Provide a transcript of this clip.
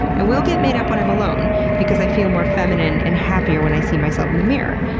i will get made up when i'm alone because i feel more feminine and happier when i see myself in the mirror.